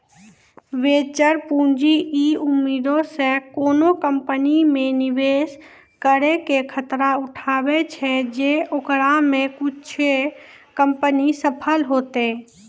venture पूंजी इ उम्मीदो से कोनो कंपनी मे निवेश करै के खतरा उठाबै छै जे ओकरा मे कुछे कंपनी सफल होतै